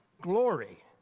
glory